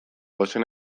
ozen